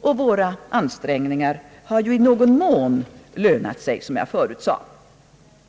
och våra ansträngningar har ju, som jag förut sade, i någon mån lönat sig.